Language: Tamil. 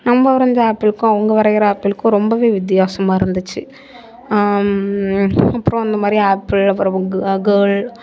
நம்ம வரைஞ்ச ஆப்பிளுக்கும் அவங்க வரைகிற ஆப்பிளுக்கும் ரொம்பவே வித்தியாசமாக இருந்துச்சு அப்புறம் அந்த மாதிரி ஆப்பிள் அப்புறம் கேள்